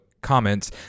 comments